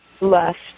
left